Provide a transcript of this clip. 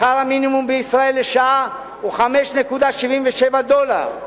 שכר המינימום בישראל לשעה הוא 5.77 דולרים.